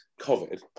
COVID